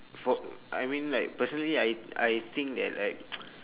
for I mean like personally I I think that like